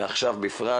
ועכשיו בפרט,